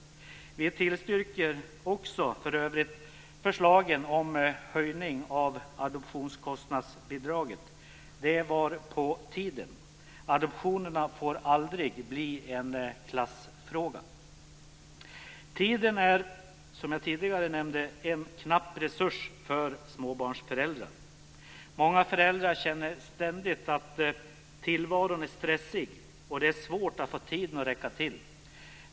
Vi tillstyrker för övrigt även förslaget om höjning av adoptionskostnadsbidraget. Det var på tiden. Adoptioner får aldrig bli en klassfråga. Tiden är, som jag tidigare nämnde, en knapp resurs för småbarnsföräldrar. Många föräldrar känner ständigt att tillvaron är stressig och att det är svårt att få tiden att räcka till.